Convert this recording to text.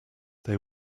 they